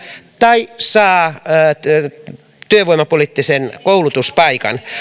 tai saa työvoimapoliittisen koulutuspaikan